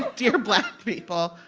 dear black people,